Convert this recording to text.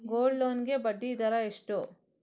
Gold loan ಗೆ ಬಡ್ಡಿ ದರ ಎಷ್ಟು?